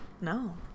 No